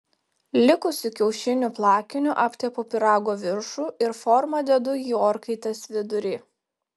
likusiu kiaušinių plakiniu aptepu pyrago viršų ir formą dedu į orkaitės vidurį